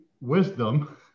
wisdom